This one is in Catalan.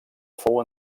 fou